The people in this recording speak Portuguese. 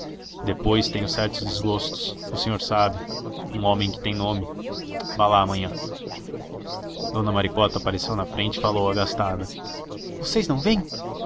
depois tenho certos desgostos o senhor sabe um homem que tem nome vá lá amanhã dona maricota apareceu na frente e falou agastada vocês não vêm